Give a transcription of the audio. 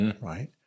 right